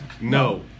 No